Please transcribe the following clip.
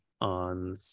on